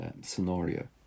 scenario